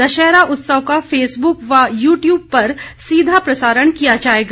दशहरा उत्सव का फेसबुक व यूट्यूब पर सीधा प्रसारण किया जाएगा